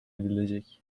edilecek